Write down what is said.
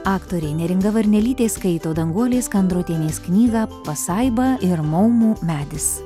aktorė neringa varnelytė skaito danguolės kandrotienės knygą pasaiba ir maumų medis